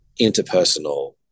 interpersonal